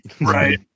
Right